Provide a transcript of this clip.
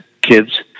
kids